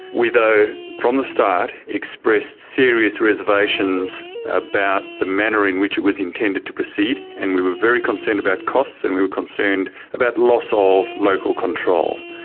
we though from the start, expressed serious reservations about the manner in which it was intended to proceed and we were very concerned about costs and we were concerned about loss of local control.